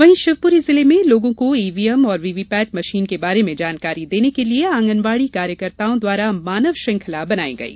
वहीं शिवपुरी जिले में लोगों को ईवीएम और वीवीपैट मशीन के बारे में जानकारी देने के लिये आंगनबाडी कार्यकर्ताओं द्वारा मानव श्रृंखला बनाई गयी